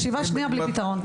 ישיבה שנייה בלי פתרון.